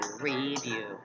review